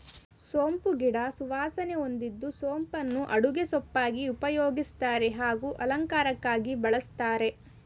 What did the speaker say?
ಸೋಂಪು ಗಿಡ ಸುವಾಸನೆ ಹೊಂದಿದ್ದು ಸೋಂಪನ್ನು ಅಡುಗೆ ಸೊಪ್ಪಾಗಿ ಉಪಯೋಗಿಸ್ತಾರೆ ಹಾಗೂ ಅಲಂಕಾರಕ್ಕಾಗಿ ಬಳಸ್ತಾರೆ